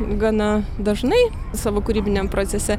gana dažnai savo kūrybiniam procese